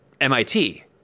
MIT